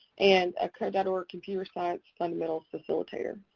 and a code dot org computer science fundamentals facilitator.